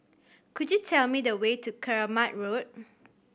could you tell me the way to Keramat Road